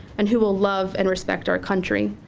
and who will love and respect our country,